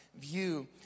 view